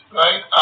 right